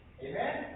Amen